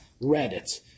Reddit